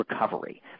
recovery –